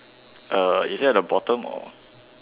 uh is it at the bottom or